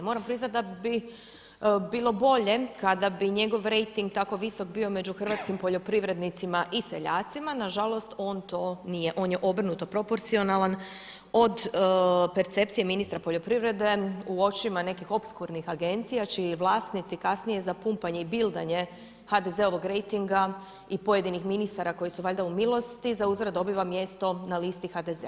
Moram priznati da bi bilo bolje kada bi njegov rejting tako visok bio među hrvatskim poljoprivrednicima i seljacima, nažalost on to nije, on je obrnuto proporcionalan od percepcije ministra poljoprivrede u očima nekih opskurnih agencija čiji vlasnici kasnije za pumpanje i bildanje HDZ-ovog rejtinga i pojedinih ministara koji su valjda u milosti, zauzvrat dobiva mjesto na listi HDZ-a.